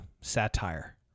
satire